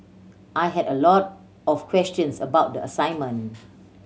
I had a lot of questions about the assignment